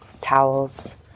towels